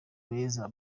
beza